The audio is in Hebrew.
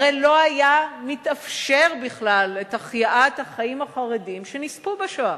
הרי לא היתה מתאפשרת בכלל החייאת החיים החרדיים שנספו בשואה.